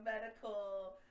medical